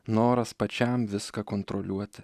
noras pačiam viską kontroliuoti